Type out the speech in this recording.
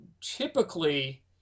typically